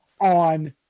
on